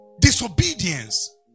disobedience